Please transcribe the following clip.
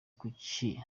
kuki